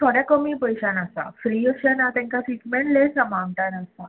थोडे कमी पयशान आसा फ्री अशे ना तेंका ट्रिटमेंट लॅस अमाउंटान आसा